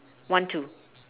one two